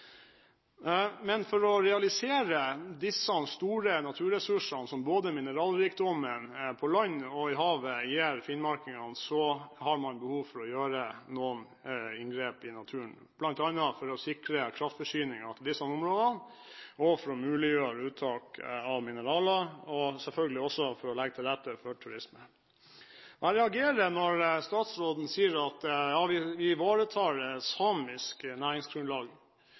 Men for å realisere disse store naturressursene som både mineralrikdommen på land og i havet gir finnmarkingene, har man behov for å gjøre noen inngrep i naturen, bl.a. for å sikre kraftforsyningen til disse områdene, for å muliggjøre uttak av mineraler, og selvfølgelig også for å legge til rette for turisme. Jeg reagerer når statsråden sier at vi ivaretar